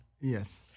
Yes